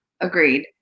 Agreed